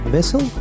Vessel